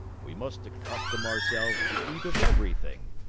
we must accustom ourselves to eat of everything,